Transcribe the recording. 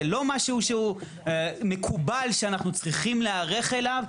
לא משהו שהוא מקובל שאנחנו צריכים להיערך אליו,